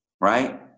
right